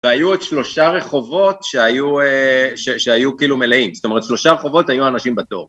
והיו עוד שלושה רחובות שהיו כאילו מלאים. זאת אומרת, שלושה רחובות היו אנשים בתור.